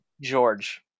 George